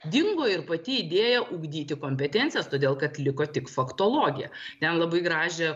dingo ir pati idėja ugdyti kompetencijas todėl kad liko tik faktologija ten labai gražią